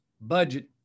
budget